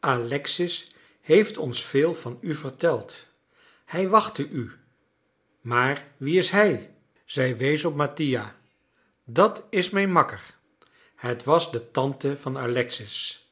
alexis heeft ons veel van u verteld hij wachtte u maar wie is hij zij wees op mattia dat is mijn makker het was de tante van alexis